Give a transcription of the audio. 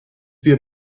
wir